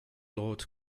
lord